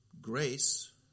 grace